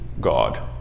God